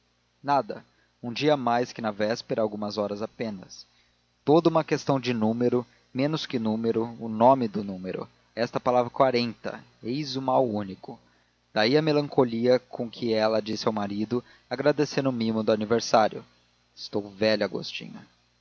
nada um dia mais que na véspera algumas horas apenas toda uma questão de número menos que número o nome do número esta palavra quarenta eis o mal único daí a melancolia com que ela disse ao marido agradecendo o mimo do aniversário estou velha agostinho